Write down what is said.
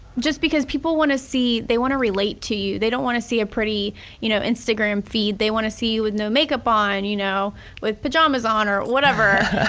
just because people want to see, see, they want to relate to you. they don't want to see a pretty you know instagram feed. they want to see you with no makeup on, you know with pajamas on or whatever.